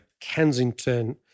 Kensington